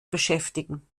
beschäftigen